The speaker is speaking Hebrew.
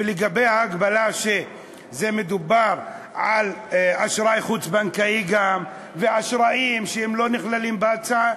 ולגבי ההגבלה גם על אשראי חוץ-בנקאי ואשראים שלא נכללים בהצעה,